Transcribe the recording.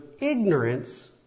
ignorance